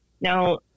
Now